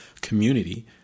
community